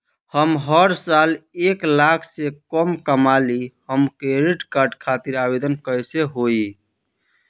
हम हर साल एक लाख से कम कमाली हम क्रेडिट कार्ड खातिर आवेदन कैसे होइ?